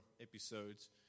episodes